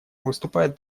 выступает